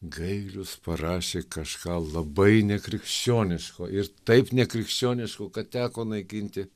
gailius parašė kažką labai nekrikščioniško ir taip nekrikščioniško kad teko naikinti